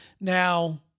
now